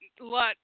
let